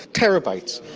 terabytes,